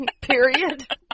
Period